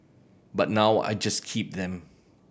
but now I just keep them